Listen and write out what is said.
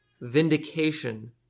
vindication